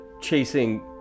chasing